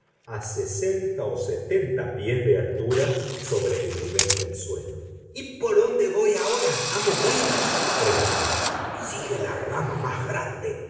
a sesenta o setenta pies de altura sobre el nivel del suelo por ónde voy aora amo will preguntó sigue la rama más grande